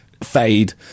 fade